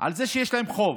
על זה שיש להם חוב.